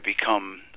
become